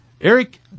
Eric